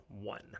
one